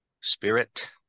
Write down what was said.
Spirit